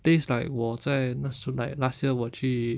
taste like 我在那时 like last year 我去